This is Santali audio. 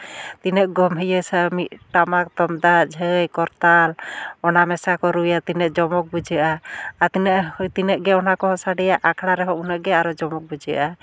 ᱛᱤᱱᱟᱹᱜ ᱜᱚᱢᱵᱷᱤᱨ ᱥᱮ ᱟᱢᱮᱡᱽ ᱴᱟᱢᱟᱠ ᱛᱩᱢᱫᱟᱜ ᱡᱷᱟᱺᱭ ᱠᱚᱨᱛᱟᱞ ᱚᱱᱟ ᱢᱮᱥᱟ ᱠᱚ ᱨᱩᱭᱟ ᱛᱤᱱᱟᱹᱜ ᱡᱚᱢᱚᱠ ᱵᱩᱡᱷᱟᱹᱜᱼᱟ ᱟᱨ ᱛᱤᱱᱟᱹᱜ ᱜᱮ ᱚᱱᱟ ᱠᱚ ᱥᱟᱰᱮᱭᱟ ᱟᱠᱷᱲᱟ ᱨᱮᱦᱚᱸ ᱩᱱᱟᱹᱜ ᱟᱨᱚ ᱡᱚᱢᱚᱠ ᱵᱩᱡᱷᱟᱹᱜᱼᱟ